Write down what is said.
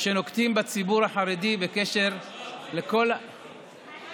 שנוקטים בציבור החרדי בקשר לכל, מה,